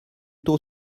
tôt